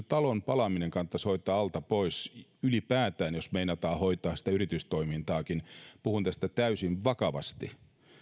talon palaminen kannattaisi hoitaa alta pois ylipäätään jos meinataan hoitaa sitä yritystoimintaakin puhun tästä täysin vakavasti